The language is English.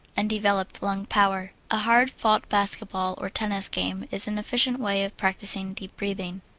and developed lung power. a hard-fought basketball or tennis game is an efficient way of practising deep breathing.